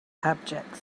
objects